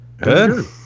Good